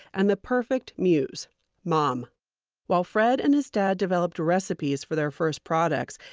and the perfect muse mom while fred and his dad developed recipes for their first products,